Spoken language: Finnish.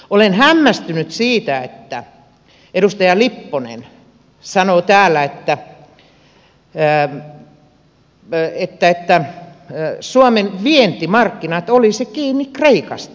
olen hämmästynyt siitä että edustaja lipponen sanoo täällä että suomen vientimarkkinat olisivat kiinni kreikasta